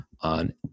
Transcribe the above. on